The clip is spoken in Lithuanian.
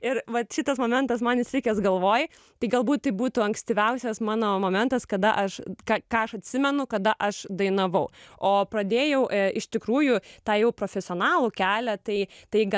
ir vat šitas momentas man įstrigęs galvoje tai galbūt tai būtų ankstyviausias mano momentas kada aš ką ką aš atsimenu kada aš dainavau o pradėjau e iš tikrųjų tą jau profesionalų kelią tai tai gana